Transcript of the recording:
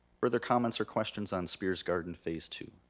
further comments or questions on spears garden phase two?